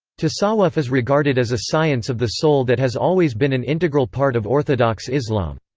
tasawwuf is regarded as a science of the soul that has always been an integral part of orthodox islam.